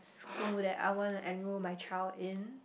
school that I want to enroll my child in